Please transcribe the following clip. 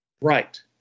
Right